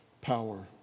power